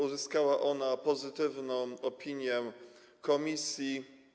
Uzyskała ona pozytywną opinię komisji.